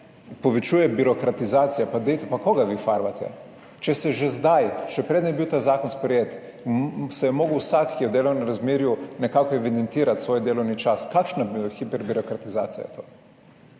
povečuje birokratizacija, pa dajte, pa koga vi farbate? Če se že zdaj, še preden je bil ta zakon sprejet, se je moral vsak, ki je v delovnem razmerju, nekako evidentirati svoj delovni čas kakšna hiperbirokratizacija je